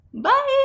bye